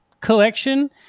collection